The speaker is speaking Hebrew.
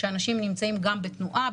שאנשים נמצאים גם בתנועה,